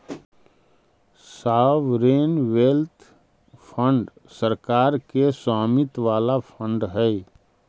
sovereign wealth fund सरकार के स्वामित्व वाला फंड हई